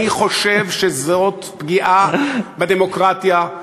אני חושב שזאת פגיעה בדמוקרטיה,